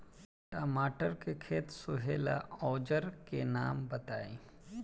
टमाटर के खेत सोहेला औजर के नाम बताई?